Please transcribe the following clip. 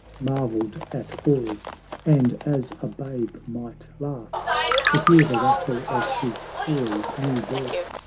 marveled at all and as a babe might laugh to hear the rattle of his toy, new-bought,